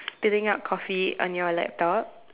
spitting up coffee on your laptop